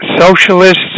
socialists